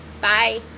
Bye